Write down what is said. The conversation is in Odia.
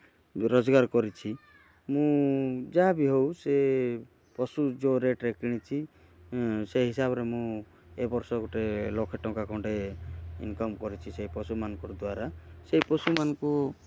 ରୋଜଗାର କରିଛି ମୁଁ ଯାହା ବି ହେଉ ସେ ପଶୁ ଯେଉଁ ରେଟ୍ରେ କିଣିଛି ସେ ହିସାବରେ ମୁଁ ଏ ବର୍ଷ ଗୋଟେ ଲକ୍ଷେ ଟଙ୍କା ଖଣ୍ଡେ ଇନକମ୍ କରିଛି ସେଇ ପଶୁମାନଙ୍କର ଦ୍ୱାରା ସେଇ ପଶୁମାନଙ୍କୁ